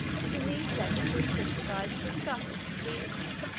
and in these letters she would criticise and discuss his proceedings,